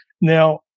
Now